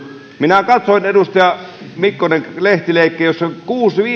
minä katsoin edustaja mikkonen lehtileikettä jossa